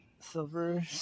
Silver